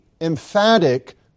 emphatic